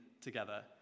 together